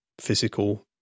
physical